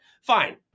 fine